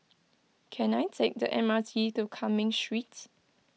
can I take the M R T to Cumming Streets